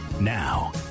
now